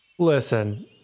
Listen